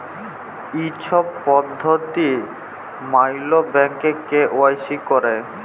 ই ছব পদ্ধতি ম্যাইলে ব্যাংকে কে.ওয়াই.সি ক্যরে